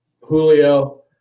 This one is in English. Julio